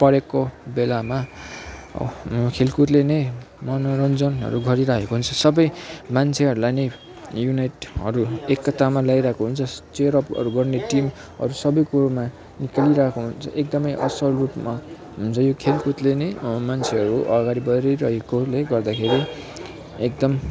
परेको बेलामा खेलकुदले नै मनोरञ्जनहरू गरिराखेको हुन्छ सबै मान्छेहरूलाई नै युनाइटहरू एकतामा ल्याइरहेको हुन्छ चेयरअपहरू गर्ने टिमहरू सबै कुरोमा निक्लिरहेको हुन्छ एकदमै असल रूपमा हुन्छ यो खेलकुदले नै मान्छेहरू अगाडि बढिरहेकोले गर्दाखेरि एकदम